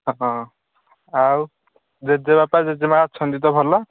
ହଁ ଆଉ ଜେଜେବାପା ଜେଜେମା' ଅଛନ୍ତି ତ ଭଲ